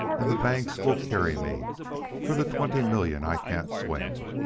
and the banks will carry me for the twenty million i can't swing.